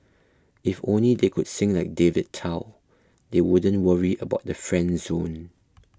if only they could sing like David Tao they wouldn't worry about the friend zone